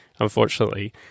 unfortunately